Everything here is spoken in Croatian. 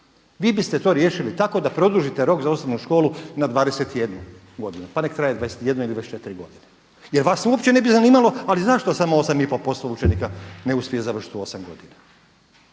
Vi biste to riješili tako da produžite rok za osnovnu školu na 21 godinu pa nek traje 21 ili 24 godine. Jer vas uopće ne bi zanimalo, ali zašto samo 8,5% učenika ne uspije završiti u 8 godina.